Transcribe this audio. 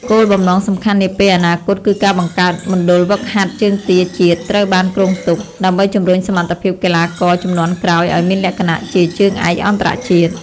គោលបំណងសំខាន់នាពេលអនាគតគឺការបង្កើតមណ្ឌលហ្វឹកហាត់ជើងទាជាតិត្រូវបានគ្រោងទុក ដើម្បីជម្រុញសមត្ថភាពកីឡាករជំនាន់ក្រោយឲ្យមានលក្ខណៈជាជើងឯកអន្តរជាតិ។